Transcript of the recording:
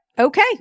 Okay